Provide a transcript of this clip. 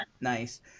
Nice